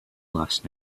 last